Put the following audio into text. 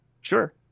sure